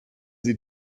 sie